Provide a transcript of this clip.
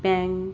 bank